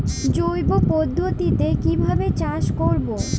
জৈব পদ্ধতিতে কিভাবে চাষ করব?